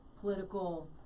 political